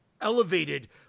elevated